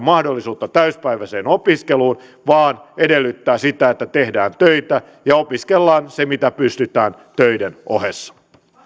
mahdollisuutta täysipäiväiseen opiskeluun vaan edellyttää sitä että tehdään töitä ja opiskellaan mitä pystytään töiden ohessa